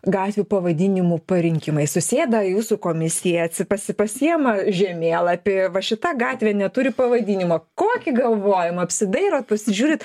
gatvių pavadinimų parinkimais susėda jūsų komisija atsi pasi pasiima žemėlapį va šita gatvė neturi pavadinimo kokį galvojim apsidairot pasižiūrit